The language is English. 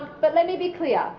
but let me be clear.